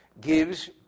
gives